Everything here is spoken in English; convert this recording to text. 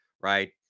right